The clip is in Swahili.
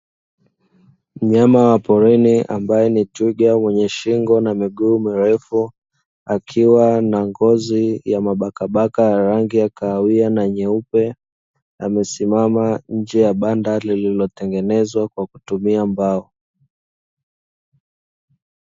Mnyama wa porini ambaye ni twiga mwenye shingo na miguu marefu, akiwa na ngozi ya mabakabaka ya rangi ya kahawia na nyeupe, amesimama nje ya banda lililotengenezwa kwa kutumia mbao.